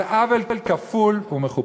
זה עוול כפול ומכופל.